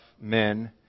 men